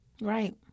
right